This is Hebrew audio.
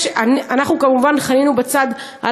אנחנו כמובן חנינו בצד,